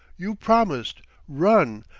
you promised run!